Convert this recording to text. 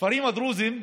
הכפרים הדרוזיים,